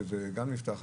שגם זה נפתח,